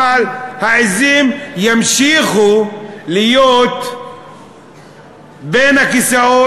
אבל העזים ימשיכו להיות בין הכיסאות.